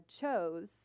chose